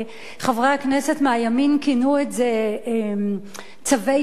חברי הכנסת מהימין כינו את זה "צווי גירוש".